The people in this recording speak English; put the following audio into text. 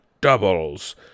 doubles